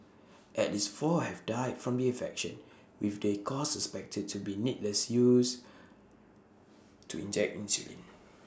at least four have died from the infection with the cause suspected to be needles used to inject insulin